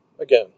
again